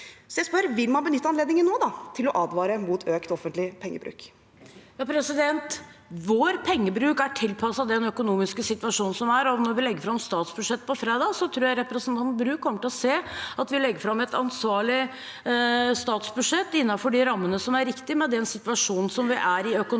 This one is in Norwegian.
Vil man benytte anledningen nå til å advare mot økt offentlig pengebruk? Rigmor Aasrud (A) Vår pengebruk er til- passet den økonomiske situasjonen som er, og når vi legger fram statsbudsjettet på fredag, tror jeg representanten Bru kommer til å se at vi legger fram et ansvarlig statsbudsjett innenfor de rammene som er riktige med den situasjonen vi er i i økonomien nå.